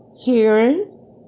Hearing